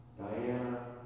Diana